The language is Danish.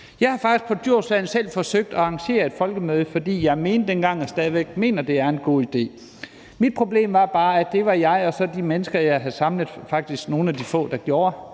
Jeg har faktisk på Djursland selv forsøgt at arrangere et folkemøde, fordi jeg dengang mente og stadig væk mener, det er en god idé. Mit problem var bare, at det var jeg og så de mennesker, jeg havde samlet, faktisk nogle af de få der gjorde.